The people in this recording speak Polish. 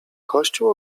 kościół